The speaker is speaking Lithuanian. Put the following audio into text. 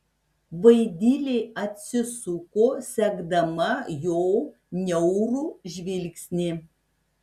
vaidilė atsisuko sekdama jo niaurų žvilgsnį